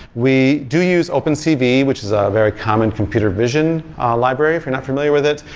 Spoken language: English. we do use open cv, which is a very common computer vision library, if you're not familiar with it,